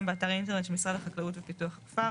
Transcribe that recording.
באתר האינטרנט של משרד החקלאות ופיתוח הכפר".